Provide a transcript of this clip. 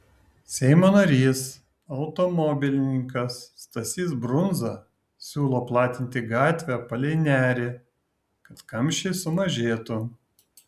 seimo narys automobilininkas stasys brundza siūlo platinti gatvę palei nerį kad kamščiai sumažėtų